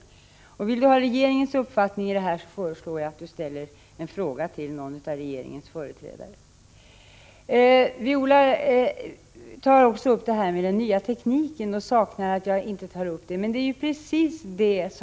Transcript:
Vill Viola Claesson ha regeringens uppfattning får hon ställa en fråga till någon av regeringens företrädare. Viola Claesson tar också upp frågan om den nya tekniken, som hon sade sig sakna i mitt anförande.